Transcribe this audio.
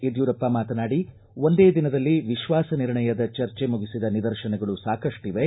ಯಡ್ಕೂರಪ್ಪ ಮಾತನಾಡಿ ಒಂದೇ ದಿನದಲ್ಲಿ ವಿಶ್ವಾಸ ನಿರ್ಣಯದ ಚರ್ಚೆ ಮುಗಿಸಿದ ನಿದರ್ತನಗಳು ಸಾಕಷ್ಟಿವೆ